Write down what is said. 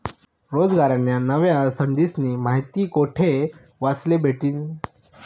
रोजगारन्या नव्या संधीस्नी माहिती कोठे वाचले भेटतीन?